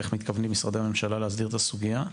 איך מתכוונים משרדי הממשלה להסדיר את הסוגיה.